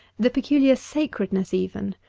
the peculiar sacredness even,